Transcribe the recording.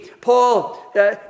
Paul